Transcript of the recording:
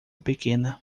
pequena